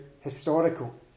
historical